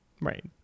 right